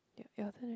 your your turn right